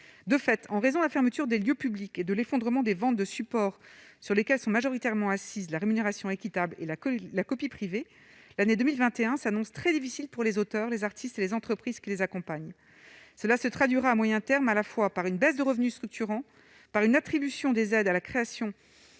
de fait, en raison de la fermeture des lieux publics et de l'effondrement des ventes de supports sur lesquels sont majoritairement assise la rémunération équitable et la la copie privée, l'année 2021 s'annonce très difficile pour les auteurs, les artistes et les entreprises qui les accompagnent, cela se traduira à moyen terme, à la fois par une baisse de revenus structurant par une attribution des aides à la création